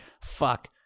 Fuck